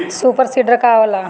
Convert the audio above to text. Super seeder का होला?